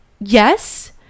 Yes